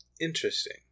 Interesting